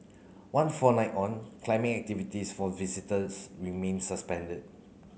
one fortnight on climbing activities for visitors remain suspended